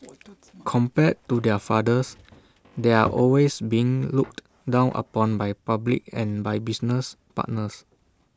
compared to their fathers they're always being looked down upon by public and by business partners